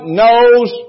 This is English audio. knows